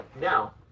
Now